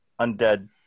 undead